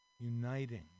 Uniting